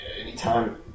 anytime